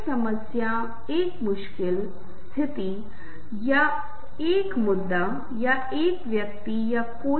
अंत में मैं एक उदाहरण दूंगा कि ताल और संगीत और दृश्य कैसे जुड़े हैं